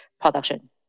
production